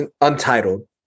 untitled